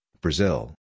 Brazil